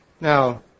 Now